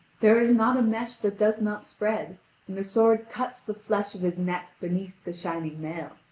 there is not a mesh that does not spread, and the sword cuts the flesh of his neck beneath the shining mail,